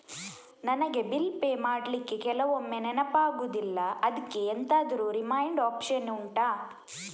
ನನಗೆ bill pay ಮಾಡ್ಲಿಕ್ಕೆ ಕೆಲವೊಮ್ಮೆ ನೆನಪಾಗುದಿಲ್ಲ ಅದ್ಕೆ ಎಂತಾದ್ರೂ ರಿಮೈಂಡ್ ಒಪ್ಶನ್ ಉಂಟಾ